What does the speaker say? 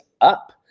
up